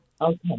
Okay